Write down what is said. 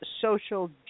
social